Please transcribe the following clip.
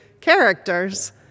characters